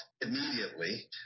immediately